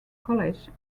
college